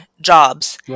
jobs